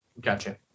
Gotcha